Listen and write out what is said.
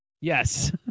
Yes